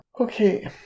Okay